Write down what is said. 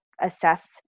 assess